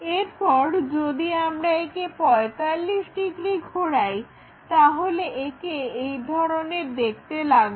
এরপর যদি আমরা একে 45° ঘোরাই তাহলে একে এই ধরনের দেখতে লাগবে